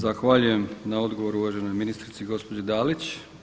Zahvaljujem na odgovoru uvaženoj ministrici gospođi Dalić.